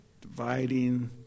Dividing